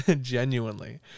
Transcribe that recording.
genuinely